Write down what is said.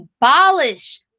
abolish